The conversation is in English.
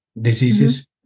diseases